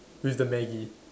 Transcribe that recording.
with the Maggi